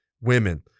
women